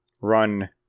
run